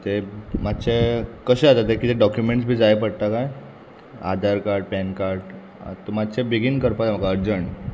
तें मातशें कशें जाता तें कितें डॉक्युमेंट्स बी जाय पडटा काय आदार कार्ड पॅन कार्ड तूं मात्शें बेगीन करपाक जाय म्हाका अर्जंट